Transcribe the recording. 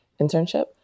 internship